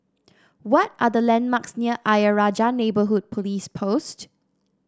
what are the landmarks near Ayer Rajah Neighbourhood Police Post